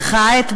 וכעת,